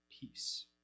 peace